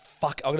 fuck